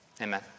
Amen